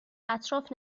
اطراف